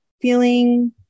feeling